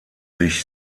sich